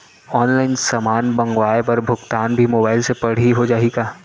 Online समान मंगवाय बर भुगतान भी मोबाइल से पड़ही हो जाही का?